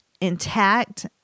intact